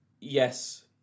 yes